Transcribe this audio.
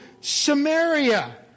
Samaria